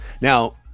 Now